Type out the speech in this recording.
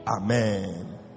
Amen